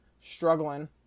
struggling